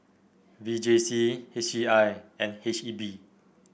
V J C H E I and H E B